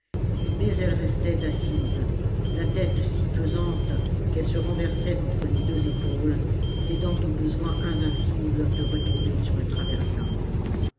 mais elle restait assise la tête si pesante qu'elle se renversait entre les deux épaules cédant au besoin invincible de retomber sur le traversin